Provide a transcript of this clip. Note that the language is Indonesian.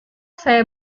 saya